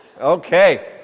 Okay